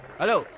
hello